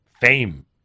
fame